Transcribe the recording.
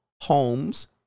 homes